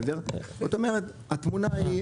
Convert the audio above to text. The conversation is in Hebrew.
זאת אומרת התמונה היא,